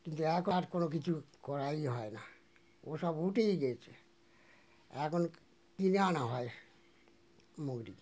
কিন্তু এখন আর কোনো কিছু করাই হয় না ওসব উঠেই গিয়েছে এখন কিনে আনা হয় মুগুরি